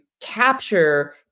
capture